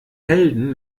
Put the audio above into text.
helden